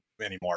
anymore